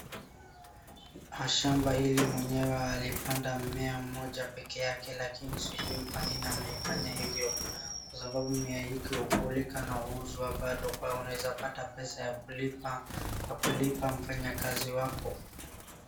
Shamba hili mwenyewe alipanda mmea mmoja peke yake lakini sijui kwa nini ameifanya hivyo. Kwa sababu mimea hii hukulika na huuzwa bado kupata pesa ya kulipa mfanyakazi wako.